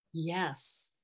Yes